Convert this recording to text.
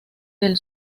del